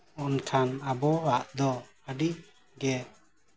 ᱩᱱᱠᱷᱟᱱ ᱟᱵᱚᱣᱟᱜ ᱫᱚ ᱟᱹᱰᱤ ᱜᱮ